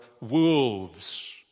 wolves